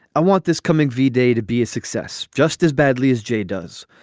i want this coming v-day to be a success just as badly as jay does.